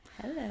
Hello